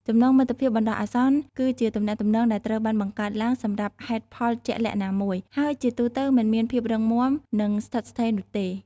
ចំណងមិត្តភាពបណ្ដោះអាសន្នគឺជាទំនាក់ទំនងដែលត្រូវបានបង្កើតឡើងសម្រាប់ហេតុផលជាក់លាក់ណាមួយ ហើយជាទូទៅមិនមានភាពរឹងមាំនិងស្ថិតស្ថេរនោះទេ។